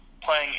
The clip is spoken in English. playing